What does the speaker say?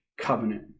covenant